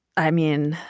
i mean,